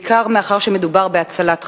בעיקר מאחר שמדובר בהצלת חיים,